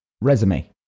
resume